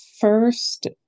first